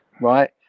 right